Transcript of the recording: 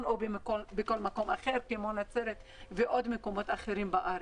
או בכל מקום אחר כמו נצרת ועוד מקומות אחרים בארץ.